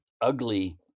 ugly